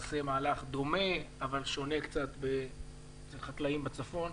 שיעשה מהלך דומה אבל שונה קצת אצל חקלאים בצפון.